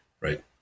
right